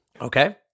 Okay